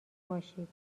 باشید